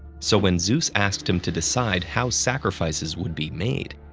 so when zeus asked him to decide how sacrifices would be made,